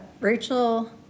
Rachel